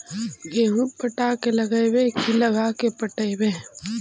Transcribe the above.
गेहूं पटा के लगइबै की लगा के पटइबै?